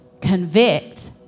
convict